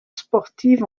sportive